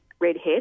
Redhead